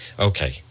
Okay